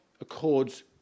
accords